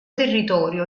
territorio